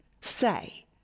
say